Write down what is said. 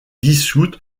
dissoute